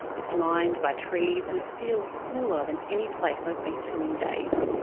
it's lined by trees and it feels cooler than any place i've been to in days.